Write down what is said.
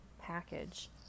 package